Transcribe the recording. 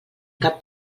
cap